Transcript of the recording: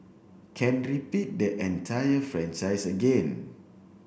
can repeat the entire franchise again